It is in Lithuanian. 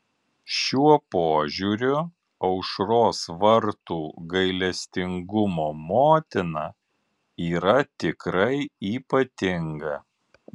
šiuo požiūriu aušros vartų gailestingumo motina yra tikrai ypatinga